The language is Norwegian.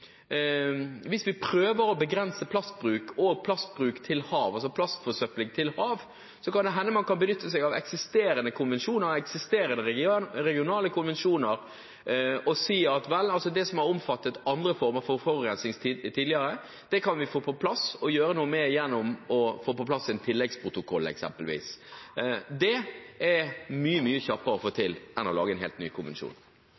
prøver å begrense plastbruk og plastforsøpling til hav, kan det hende man kan benytte seg av eksisterende konvensjoner, og eksisterende regionale konvensjoner, og si at de som tidligere har omfattet andre former for forurensning, kan man gjøre noe med gjennom eksempelvis å få på plass en tilleggsprotokoll. Det er mye, mye kjappere å få